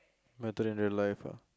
mattered in your life ah